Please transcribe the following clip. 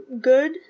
good